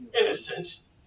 Innocent